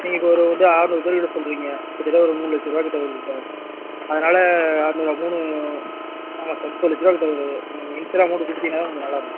நீங்கள் இப்போ ஒரு வந்து ஆறுநூற் பேர்க்கிட்ட சொல்லுறிங்க கிட்டத்தட்ட ஒரு மூணு லட்சருவாக்கிட்ட வருது சார் அதனால் ஆர்நூறுரூவா மூணு ஆமாம் சார் முப்பது லட்சருவாக்கிட்ட வருது நீங்கள் இனிஷியலாக அமௌண்ட்டு குடுத்திங்கனா தான் கொஞ்சம் நல்லாருக்கும் சார்